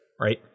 right